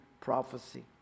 prophecy